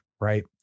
Right